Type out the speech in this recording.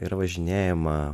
ir važinėjama